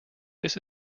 this